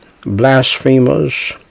blasphemers